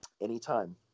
anytime